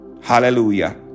Hallelujah